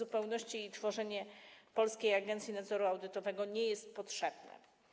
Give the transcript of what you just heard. Utworzenie Polskiej Agencji Nadzoru Audytowego nie jest potrzebne.